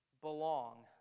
belong